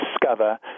discover